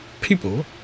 people